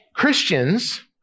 Christians